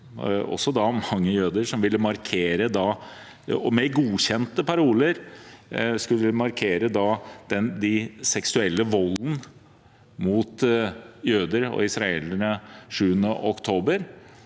også mange jøder, med godkjente paroler skulle markere den seksuelle volden mot jøder og israelere 7. oktober.